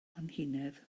anhunedd